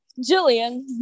Jillian